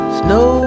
snow